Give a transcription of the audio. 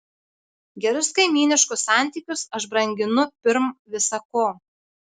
gerus kaimyniškus santykius aš branginu pirm visa ko